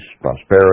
prosperity